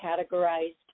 categorized